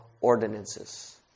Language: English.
ordinances